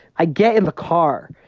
i get in the car,